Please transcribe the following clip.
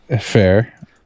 Fair